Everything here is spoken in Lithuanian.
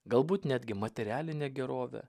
galbūt netgi materialine gerove